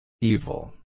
Evil